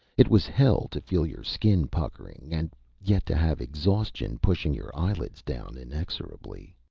it was hell to feel your skin puckering, and yet to have exhaustion pushing your eyelids down inexorably.